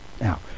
Now